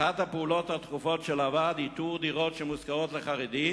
אחת הפעולות הדחופות של הוועד: 'איתור דירות שמושכרות לחרדים